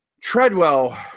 Treadwell